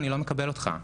אני לא מקבל אותך.